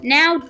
Now